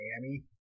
Miami